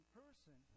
person